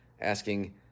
Asking